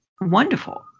wonderful